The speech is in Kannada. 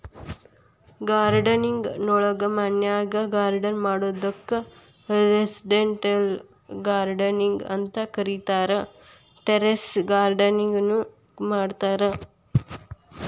ಗಾರ್ಡನಿಂಗ್ ನೊಳಗ ಮನ್ಯಾಗ್ ಗಾರ್ಡನ್ ಮಾಡೋದಕ್ಕ್ ರೆಸಿಡೆಂಟಿಯಲ್ ಗಾರ್ಡನಿಂಗ್ ಅಂತ ಕರೇತಾರ, ಟೆರೇಸ್ ಗಾರ್ಡನಿಂಗ್ ನು ಮಾಡ್ತಾರ